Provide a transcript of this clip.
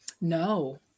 No